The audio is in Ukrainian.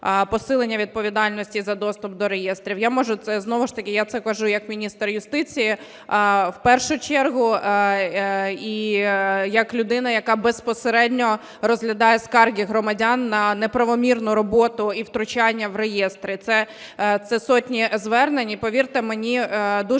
я це кажу як міністр юстиції в першу чергу і як людина, яка безпосередньо розглядає скарги громадян на неправомірну роботу і втручання в реєстри. Це сотні звернень, і повірте, мені дуже важко,